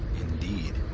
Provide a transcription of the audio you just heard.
Indeed